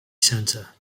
centre